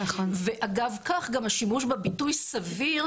ואגב כך גם השימוש בביטוי סביר,